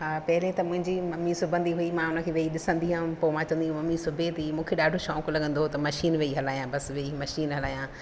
हा पहिरीं त मुंहिंजी मम्मी सिबंदी हुई मां हुन खे वेही ॾिसंदी हुअमि पोइ मां चवंदी मम्मी सिबे थी मूंखे ॾाढो शौक़ु लॻंदो त मशीन वेही हलायां बसि वेई मशीन हलायां